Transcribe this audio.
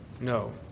No